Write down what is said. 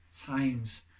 times